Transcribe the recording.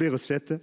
les recettes,